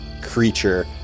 creature